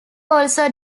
also